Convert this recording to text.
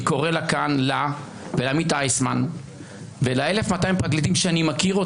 אני קורא כאן לה ולעמית אייסמן ול-1,200 פרקליטים שאני מכיר,